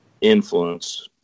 influence